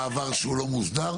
הוא מעבר שהוא לא מוסדר?